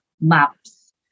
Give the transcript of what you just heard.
maps